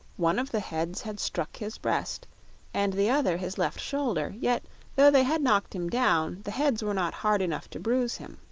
one of the heads had struck his breast and the other his left shoulder yet though they had knocked him down, the heads were not hard enough to bruise him.